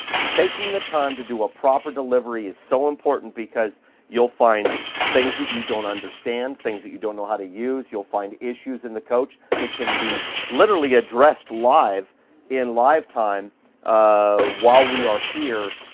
taking the time to do a proper delivery is so important because you'll find things that you don't understand, things that you don't know how to use. you'll find issues in the coach that can be literally addressed live in live time ah while we are here